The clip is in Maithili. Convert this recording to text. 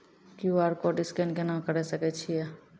क्यू.आर कोड स्कैन केना करै सकय छियै?